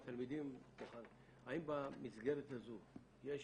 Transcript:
האם במסגרת הזו יש